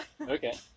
Okay